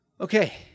Okay